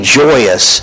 joyous